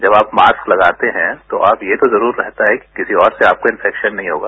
जब आप मास्क लगाते हैं तो ये तो जरूर रहता है कि किसी और से आपको इंफैक्शन नहीं होगा